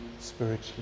spiritually